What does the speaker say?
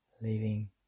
Leaving